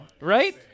Right